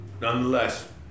Nonetheless